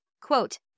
quote